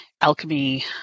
Alchemy